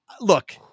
look